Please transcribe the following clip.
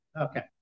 Okay